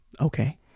okay